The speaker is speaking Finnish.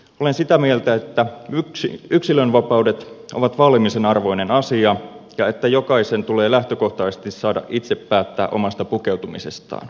olen sitä mieltä että yksilönvapaudet ovat vaalimisen arvoinen asia ja että jokaisen tulee lähtökohtaisesti saada itse päättää omasta pukeutumisestaan